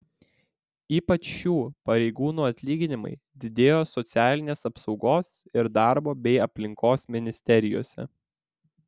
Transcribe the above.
ypač šių pareigūnų atlyginimai didėjo socialinės apsaugos ir darbo bei aplinkos ministerijose